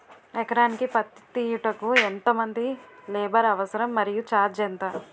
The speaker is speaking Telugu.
ఎకరానికి పత్తి తీయుటకు ఎంత మంది లేబర్ అవసరం? మరియు ఛార్జ్ ఎంత?